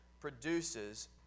produces